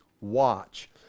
watch